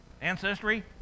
ancestry